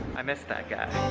i missed that guy.